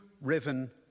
riven